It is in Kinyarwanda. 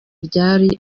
ryari